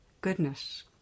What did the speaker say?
goodness